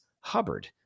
Hubbard